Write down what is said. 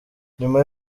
nyuma